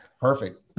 Perfect